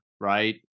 Right